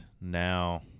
now